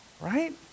right